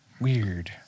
Weird